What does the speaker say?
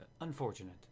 unfortunate